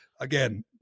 Again